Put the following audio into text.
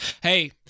Hey